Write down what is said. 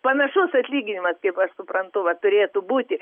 panašus atlyginimas kaip aš suprantu va turėtų būti